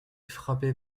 frappé